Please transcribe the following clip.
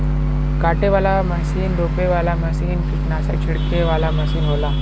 काटे वाला मसीन रोपे वाला मसीन कीट्नासक छिड़के वाला मसीन होला